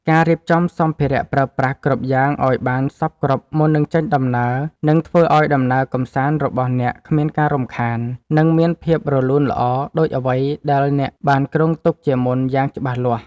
ការរៀបចំសម្ភារៈប្រើប្រាស់គ្រប់យ៉ាងឱ្យបានសព្វគ្រប់មុននឹងចេញដំណើរនឹងធ្វើឱ្យដំណើរកម្សាន្តរបស់អ្នកគ្មានការរំខាន និង មានភាពរលូនល្អដូចអ្វីដែលអ្នកបានគ្រោងទុកជាមុនយ៉ាងច្បាស់លាស់។